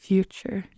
Future